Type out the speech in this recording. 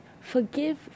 forgive